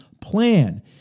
plan